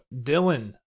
Dylan